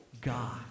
God